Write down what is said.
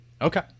Okay